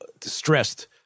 distressed